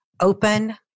open